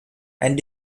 and